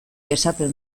esaten